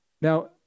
Now